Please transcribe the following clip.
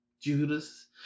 Judas